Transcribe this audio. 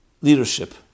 leadership